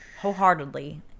wholeheartedly